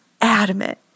adamant